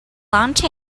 lunch